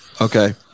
Okay